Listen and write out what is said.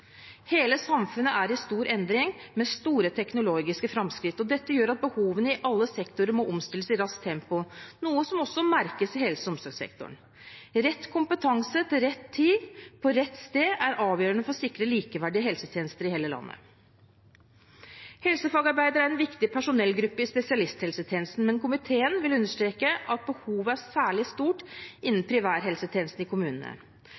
Hele samfunnet er i stor endring, med store teknologiske framskritt, og dette gjør at behovene i alle sektorer må omstilles i raskt tempo, noe som også merkes i helse- og omsorgssektoren. Rett kompetanse til rett tid på rett sted er avgjørende for å sikre likeverdige helsetjenester i hele landet. Helsefagarbeidere er en viktig personellgruppe i spesialisthelsetjenesten, men komiteen vil understreke at behovet er særlig stort innen primærhelsetjenesten i kommunene.